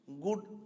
good